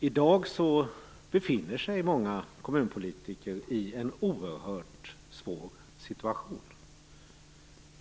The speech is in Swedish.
I dag befinner sig många kommunpolitiker i en oerhört svårt situation.